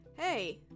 Hey